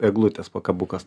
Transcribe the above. eglutės pakabukas